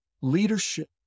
Leadership